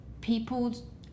People